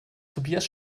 tobias